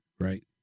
right